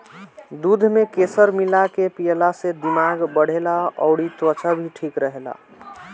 दूध में केसर मिला के पियला से दिमाग बढ़ेला अउरी त्वचा भी ठीक रहेला